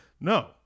No